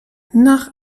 nach